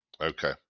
Okay